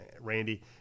Randy